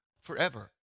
forever